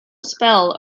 spell